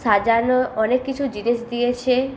সাজানো অনেক কিছু জিনিস দিয়েছে